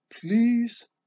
Please